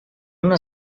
una